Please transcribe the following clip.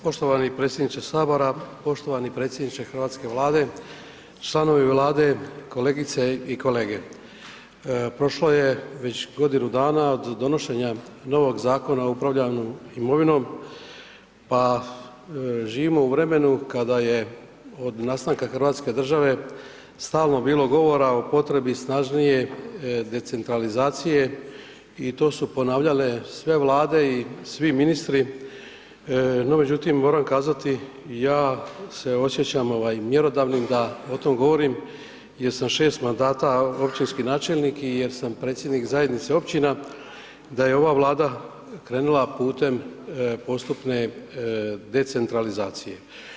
Poštovani predsjedniče sabora, poštovani predsjedniče hrvatske Vlade, članovi Vlade, kolegice i kolege, prošlo je već godinu dana od donošenja novog Zakona o upravljanju imovinom, pa živimo u vremenu kada je od nastanka Hrvatske države stalno bilo govora o potrebi snažnije decentralizacije i to su ponavljale sve vlade i svi ministri, no međutim moram kazati ja se osjećam mjerodavnim da o tome govorim jer sam 6 mandata općinski načelnik i jer sam predsjednik zajednice općina, da je ova Vlada krenula putem postupne decentralizacije.